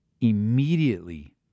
immediately